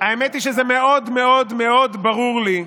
האמת היא שזה מאוד מאוד מאוד ברור לי,